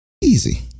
easy